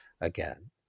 again